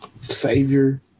savior